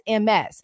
MS